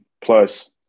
plus –